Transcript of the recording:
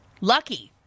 Lucky